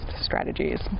Strategies